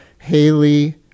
Haley